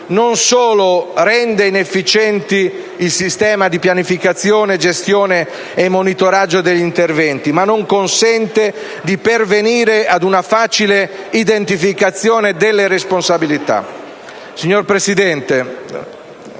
non solo rende inefficiente il sistema di pianificazione, gestione e monitoraggio degli interventi, ma non consente di pervenire ad una facile identificazione delle responsabilità.